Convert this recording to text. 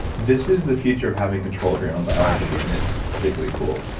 this is the future of having control of your own biology, and it's particularly cool.